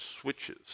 switches